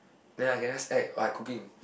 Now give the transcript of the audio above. then I can just act while cooking